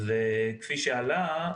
כפי שעלה,